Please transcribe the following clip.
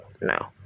no